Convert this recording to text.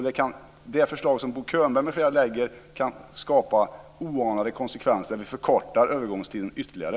Det förslag som Bo Könberg m.fl. lägger fram kan skapa oanade konsekvenser. Det förkortar övergångstiden ytterligare.